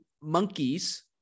monkeys